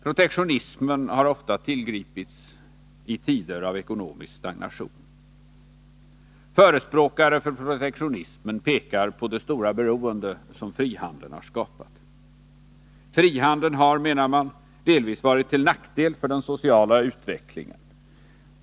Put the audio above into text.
Protektionismen har ofta tillgripits i tider av ekonomisk stagnation. Förespråkare för protektionismen pekar på det stora beroende som frihandeln har skapat. Frihandeln har, menar man, delvis varit till nackdel för den sociala utvecklingen.